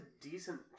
decent